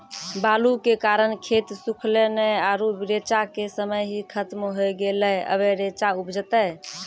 बालू के कारण खेत सुखले नेय आरु रेचा के समय ही खत्म होय गेलै, अबे रेचा उपजते?